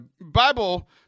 Bible